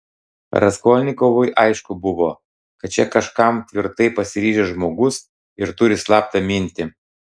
raskolnikovui aišku buvo kad čia kažkam tvirtai pasiryžęs žmogus ir turi slaptą mintį